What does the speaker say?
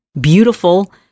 beautiful